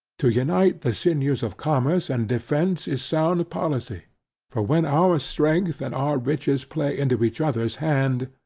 to unite the sinews of commerce and defence is sound policy for when our strength and our riches, play into each other's hand,